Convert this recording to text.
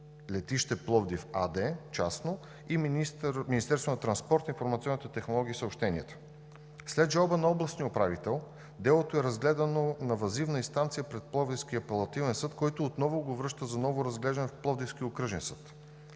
„Летище Пловдив“ АД – частно, и Министерството на транспорта, информационните технологии и съобщенията. След жалба на областния управител делото е разгледано на въззивна инстанция пред Пловдивския апелативен съд, който отново го връща за ново разглеждане в Пловдивския окръжен съд.